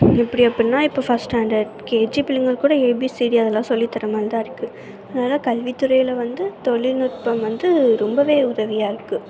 எப்படி அப்படின்னா இப்போ ஃபஸ்ட் ஸ்டாண்டர்ட் கேஜி பிள்ளைங்களுக்கு கூட ஏ பி சி டி அதெல்லாம் சொல்லித்தர மாதிரி தான் இருக்குது அதனால் கல்வித்துறையில் வந்து தொழில்நுட்பம் வந்து ரொம்ப உதவியாக இருக்குது